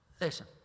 Listen